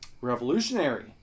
revolutionary